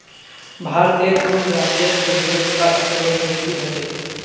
भारतेर कुन राज्यत दूधेर उत्पादन सबस बेसी ह छेक